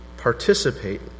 participate